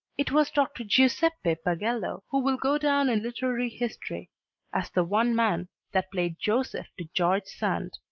it was dr. giuseppe pagello who will go down in literary history as the one man that played joseph to george sand.